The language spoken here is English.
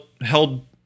held